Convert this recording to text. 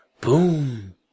boom